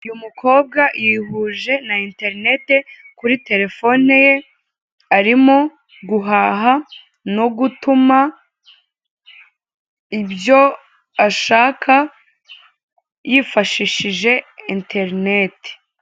Uyu mukobwa yihuje na enterinete kuri telefone ye arimo guhaha no gutuma ibyo ashaka yifashishije enterinete.